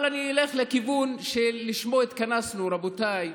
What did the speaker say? אבל אני אלך לכיוון שלשמו התכנסנו, רבותיי.